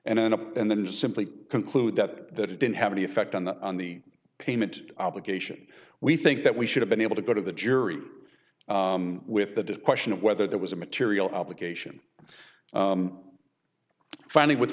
and an up and then just simply conclude that it didn't have any effect on the on the payment obligation we think that we should have been able to go to the jury with the disc question of whether there was a material obligation finding with